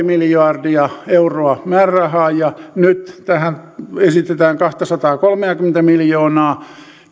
miljardia euroa määrärahaa ja nyt tähän esitetään kahtasataakolmeakymmentä miljoonaa